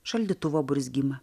šaldytuvo burzgimą